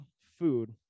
food